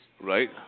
right